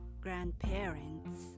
grandparents